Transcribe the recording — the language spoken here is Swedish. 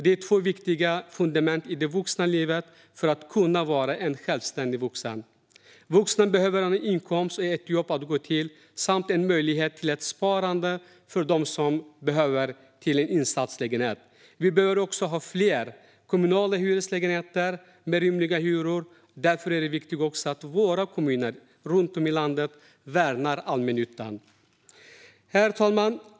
Det är två viktiga fundament i det vuxna livet och för att kunna vara en självständig vuxen. Vuxna behöver ha en inkomst och ett jobb att gå till samt en möjlighet till ett sparande, exempelvis till en insatslägenhet. Vi behöver också ha fler kommunala hyreslägenheter med rimliga hyror, och därför är det viktigt att våra kommuner runt om i landet värnar allmännyttan. Herr talman!